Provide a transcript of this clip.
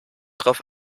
darauf